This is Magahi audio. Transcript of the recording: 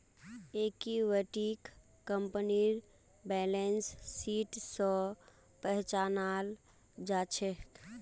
इक्विटीक कंपनीर बैलेंस शीट स पहचानाल जा छेक